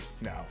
No